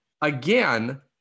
again